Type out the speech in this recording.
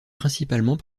principalement